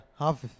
Half